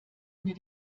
mir